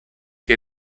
che